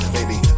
Baby